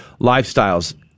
lifestyles